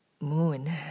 moon